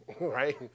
Right